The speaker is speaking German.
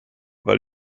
weil